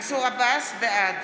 בעד